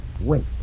Wait